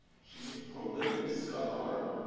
she's a prolific scholar,